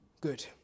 good